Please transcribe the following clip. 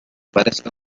parezca